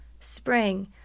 spring